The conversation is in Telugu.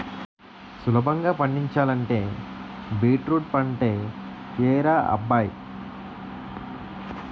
సులభంగా పండించాలంటే బీట్రూట్ పంటే యెయ్యరా అబ్బాయ్